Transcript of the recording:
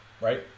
right